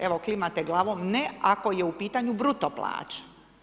Evo klimate glavom, ne ako je u pitanju bruto plaća.